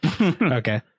okay